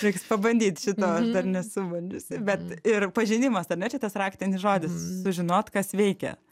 reiks pabandyt šitą aš dar nesu bandžiusi bet ir pažinimas ar ne čia tas raktinis žodis sužinot kas veikia